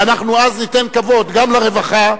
ואז ניתן כבוד גם לרווחה,